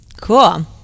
Cool